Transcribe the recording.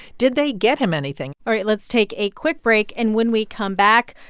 did they get him anything? all right. let's take a quick break, and when we come back,